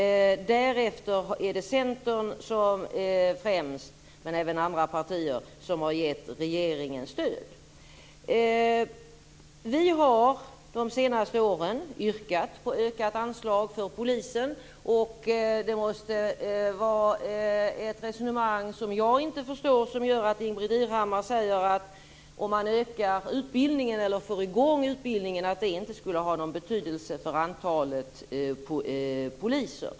Därefter är det främst Centern, men även andra partier, som gett regeringen stöd. Vi har de senaste åren yrkat på ökat anslag för polisen. Det måste vara ett resonemang som jag inte förstår som gör att Ingbritt Irhammar säger att om man får i gång utbildningen skulle det inte ha någon betydelse för antalet poliser.